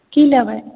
की लेबै